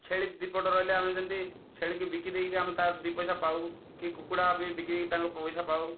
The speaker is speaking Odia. ଛେଳି ଦୁଇ ପଟ ରହିଲେ ଆମେ ଯେମିତି ଛେଳିକି ବିକି ଦେଇକି ଆମେ ତା'ର ଦୁଇ ପଇସା ପାଉ କି କୁକୁଡ଼ା ବି ବିକିକି ତାଙ୍କ ପଇସା ପାଉ